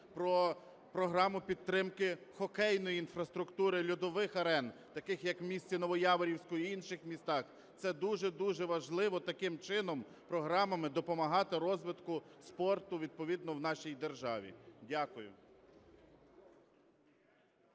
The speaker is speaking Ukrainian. про програму підтримки хокейної інфраструктури, льодових арен, таких як в місті Новояворівському і інших містах. Це дуже-дуже важливо, таким чином програмами допомагати розвитку спорту відповідно в нашій державі. Дякую.